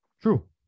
True